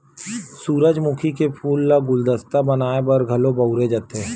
सूरजमुखी के फूल ल गुलदस्ता बनाय बर घलो बउरे जाथे